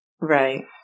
Right